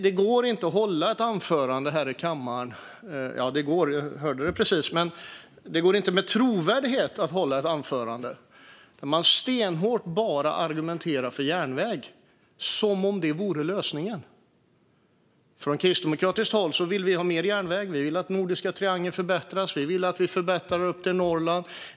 Det går alltså inte att med trovärdighet hålla ett anförande i kammaren där man stenhårt argumenterar för järnvägen som enda lösning. Kristdemokraterna vill ha mer järnväg. Vi vill att nordiska triangeln förbättras liksom järnvägen upp till Norrland.